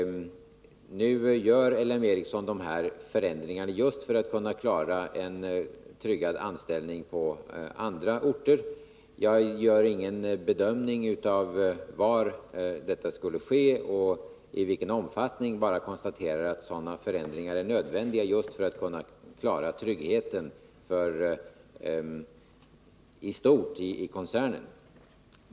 Nu gör L M Ericsson de aviserade förändringarna just för att kunna trygga sysselsättningen på andra orter. Jag gör ingen bedömning av var och i vilken omfattning detta bör ske. Jag konstaterar bara att sådana förändringar är nödvändiga för att man skall kunna klara tryggheten inom koncernen i stort.